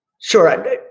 Sure